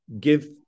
give